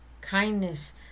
kindness